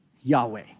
Yahweh